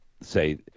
say